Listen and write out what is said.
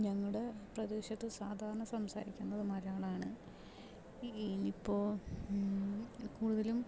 ഞങ്ങളുടെ പ്രദേശത്ത് സാധാരണ സംസാരിക്കുന്നത് മലയാളമാണ് ഈ ഇപ്പോൾ കൂടുതലും